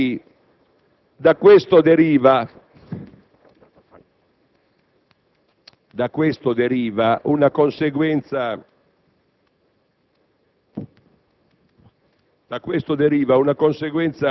Da ciò deriva, colleghi, una conseguenza